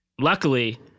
luckily